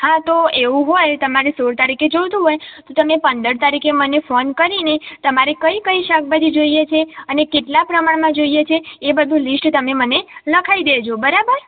હા તો એવું હોય તમારે સોળ તારીખે જોઈતું હોય તો તમે પંદર તારીખે મને ફોન કરીને તમારે કઈ કઈ શાકભાજી જોઈએ છે અને કેટલા પ્રમાણમાં જોઈએ છે એ બધું લીસ્ટ તમે મને લખાવી દેજો બરાબર